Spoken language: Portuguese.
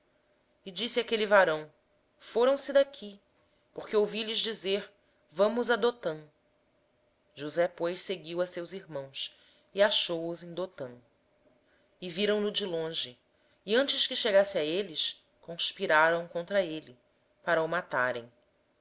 rebanho disse o homem foram-se daqui pois ouvi lhes dizer vamos a dotã josé pois seguiu seus irmãos e os achou em dotã eles o viram de longe e antes que chegasse aonde estavam conspiraram contra ele para o matarem